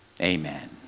Amen